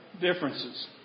differences